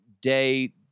day